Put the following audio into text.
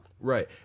Right